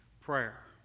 prayer